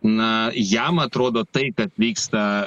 na jam atrodo tai kad vyksta